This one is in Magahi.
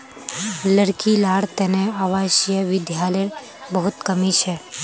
लड़की लार तने आवासीय विद्यालयर बहुत कमी छ